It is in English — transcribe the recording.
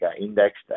indexed